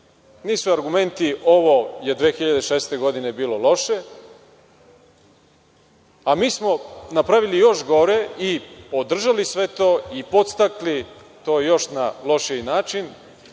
argumenti ovo je 2006. godine bilo loše, a mi smo napravili još gore i održali sve to, i podstakli to na još lošiji način,